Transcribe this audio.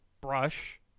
brush